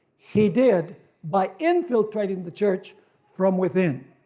he did by infiltrating the church from within.